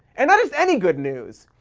and not just any good news,